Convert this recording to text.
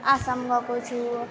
आसाम गएको छु